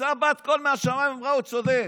יצאה בת קול מהשמיים ואמרה: הוא צודק.